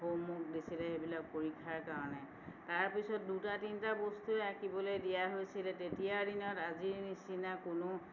homework দিছিলে সেইবিলাক পৰীক্ষাৰ কাৰণে তাৰপিছত দুটা তিনিটা বস্তুৱে আঁকিবলৈ দিয়া হৈছিলে তেতিয়াৰ দিনত আজিৰ নিচিনা কোনো